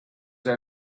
they